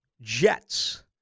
Jets